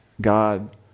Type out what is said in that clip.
God